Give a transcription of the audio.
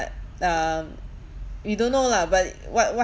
um we don't know lah but what what